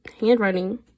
handwriting